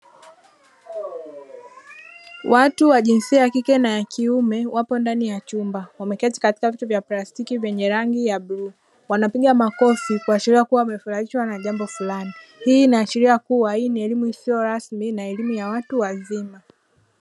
Watu wa jinsia ya kike na kiume wapo ndani ya chumba, wameketi katika viti vya plastiki vyenye rangi ya bluu, wanapiga makofi kuashiria kua wamefurahishwa na jambo fulani. Hii inaashiria kua ni elimu isiyo rasmi na elimu ya watu wazima